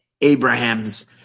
Abraham's